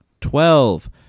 Twelve